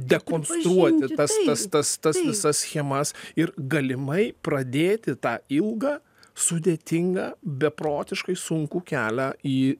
dekonstruoti tas tas tas visas schemas ir galimai pradėti tą ilgą sudėtingą beprotiškai sunkų kelią į